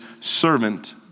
servant